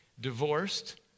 divorced